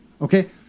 Okay